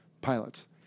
pilots